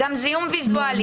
גם זיהום ויזואלי.